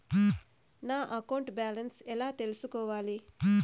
నా account balance ఎలా తెల్సుకోవాలి